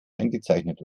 eingezeichnet